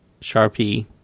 Sharpie